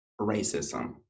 racism